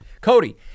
Cody